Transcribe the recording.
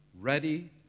ready